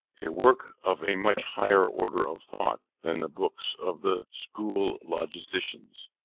a work of a much higher order of thought than the books of the school logicians,